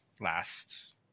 last